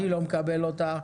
אני לא מקבל אותה.